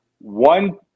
One